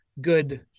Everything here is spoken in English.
good